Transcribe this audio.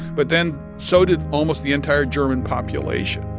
but then so did almost the entire german population.